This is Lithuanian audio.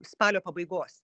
spalio pabaigos